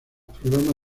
programas